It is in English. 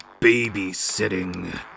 babysitting